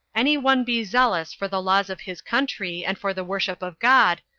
any one be zealous for the laws of his country, and for the worship of god,